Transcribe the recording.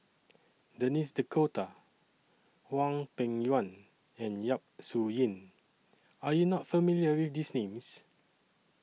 Denis D'Cotta Hwang Peng Yuan and Yap Su Yin Are YOU not familiar with These Names